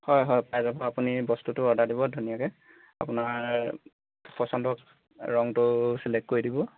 হয় হয় পাই যাব আপুনি বস্তুটো অৰ্ডাৰ দিব ধুনীয়াকৈ আপোনাৰ পচন্দৰ ৰংটো ছিলেক্ট কৰি দিব